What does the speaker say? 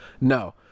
No